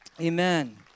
Amen